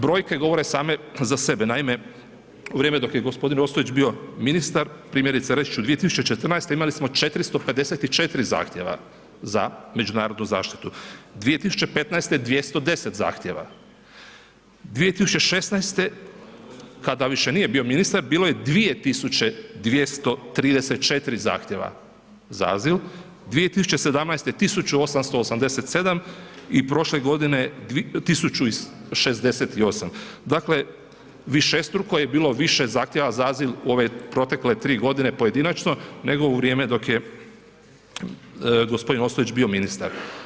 Brojke govore same za sebe, naime u vrijeme dok je gospodin Ostojić bio ministar, primjerice reći ću 2014. imali smo 454 zahtjeva za međunarodnu zaštitu, 2015. 210 zahtjeva, 2016. kada više nije bio ministar bilo je 2234 zahtjeva za azil, 2017. 1887 i prošle godine 1068, dakle višestruko je bilo više zahtjeva za azil u ove protekle 3 godine pojedinačno nego u vrijeme dok je gospodin Ostojić bio ministar.